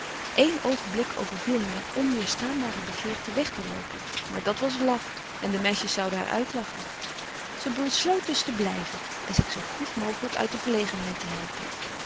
een oogenblik overviel haar een onweerstaanbare begeerte weg te loopen maar dat was laf en de meisjes zouden haar uitlachen ze besloot dus te blijven en zich zoo goed mogelijk uit de verlegenheid te helpen